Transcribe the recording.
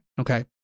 Okay